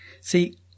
See